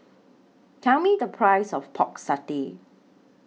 Tell Me The Price of Pork Satay